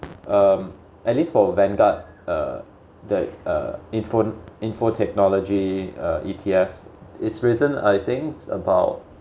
um at least for vanguard uh the uh info info technology uh E_T_F it's risen I thinks about